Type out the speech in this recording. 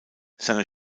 seine